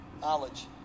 knowledge